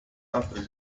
altri